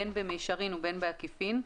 בין במישרין ובין בעקיפין,